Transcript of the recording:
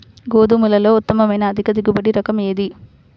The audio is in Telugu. గోధుమలలో ఉత్తమమైన అధిక దిగుబడి రకం ఏది?